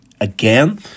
again